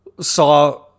saw